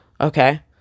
Okay